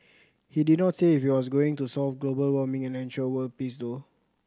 he did not say if he was going to solve global warming and ensure world peace though